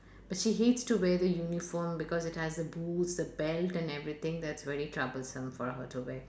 but she hates to wear the uniform because it has the boots the belt and everything that's very troublesome for her to wear